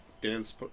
dance